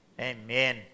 Amen